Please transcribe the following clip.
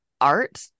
art